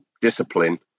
discipline